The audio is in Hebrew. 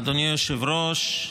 אדוני היושב-ראש,